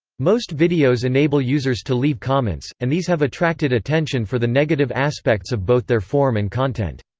most videos enable users to leave comments, and these have attracted attention for the negative aspects of both their form and content.